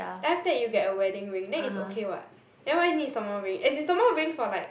then after that you get a wedding ring then it's okay [what] then why need some more ring as in some more ring for like